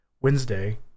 Wednesday